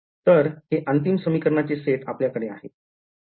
तर हे अंतिम समीकरणाचे सेट आपल्याकडे आहे